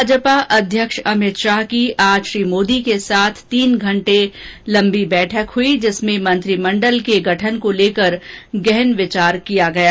भाजपा अध्यक्ष अमित शाह ने आज श्री मोदी के साथ तीन घंटे लंबी बैठक की जिसमें मंत्रिमंडल के गठन को लेकर गहन विचार मंत्रणा हुई